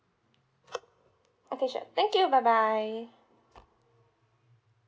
okay sure thank you bye bye